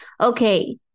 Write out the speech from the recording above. Okay